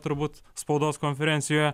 turbūt spaudos konferencijoje